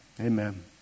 Amen